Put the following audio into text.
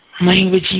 Language